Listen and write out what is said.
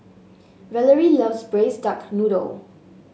Valorie loves Braised Duck Noodle